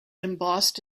embossed